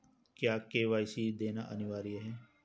क्या के.वाई.सी देना अनिवार्य है?